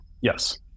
yes